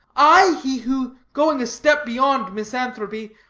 i he who, going a step beyond misanthropy,